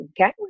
okay